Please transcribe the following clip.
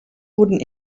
wurden